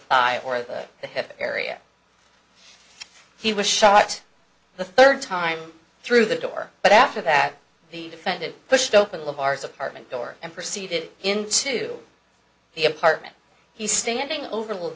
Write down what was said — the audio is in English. five or the hip area he was shot the third time through the door but after that the defendant pushed open the bars apartment door and perceived it into the apartment he's standing over wil